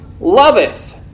loveth